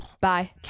bye